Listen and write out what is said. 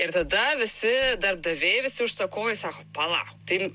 ir tada visi darbdaviai visi užsakovai sako palauk tai